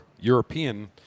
European